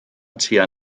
tua